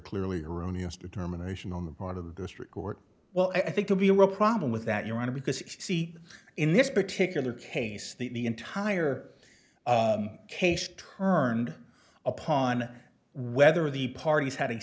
clearly erroneous determination on the part of the district court well i think to be a real problem with that you want to because see in this particular case the entire case turned upon whether the parties hadn't